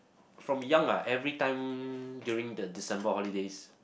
from young lah everytime during the December holidays